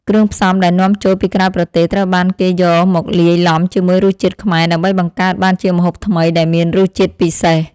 គ្រឿងផ្សំដែលនាំចូលពីក្រៅប្រទេសត្រូវបានគេយកមកលាយឡំជាមួយរសជាតិខ្មែរដើម្បីបង្កើតបានជាម្ហូបថ្មីដែលមានរសជាតិពិសេស។